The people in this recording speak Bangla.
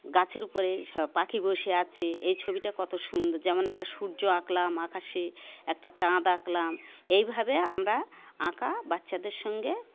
গাছের উপরে পাখি বসে আছে এই ছবিটা কত সুন্দর যেমন একটা সূর্য আঁকলাম আকাশে একটা চাঁদ আঁকলাম এইভাবে আমরা আঁকা বাচ্চাদের সঙ্গে